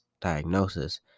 diagnosis